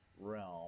realm